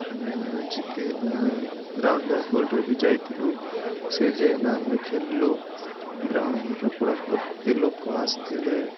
ଆମେ ଜିତିକିନା ଗ୍ରାଉଣ୍ଡ ଲେବଲ୍ରେ ବି ଯାଇଥିଲୁ ସେଇଠି ଯାଇକିନା ଆମେ ଖେଲିଲୁ ଗ୍ରାଉଣ୍ଡରେ ପୁରା ଭର୍ତ୍ତି ଲୋକ ଆସିଥିଲେ